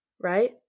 right